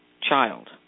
child